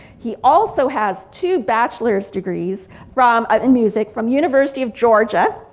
he also has two bachelor's degrees from other music from university of georgia.